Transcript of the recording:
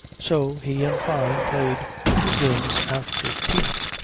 so he and fyne played two games after tea.